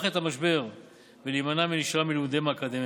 את המשבר ולהימנע מנשירה מלימודיהם האקדמיים.